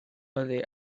oddi